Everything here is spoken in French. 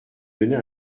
donner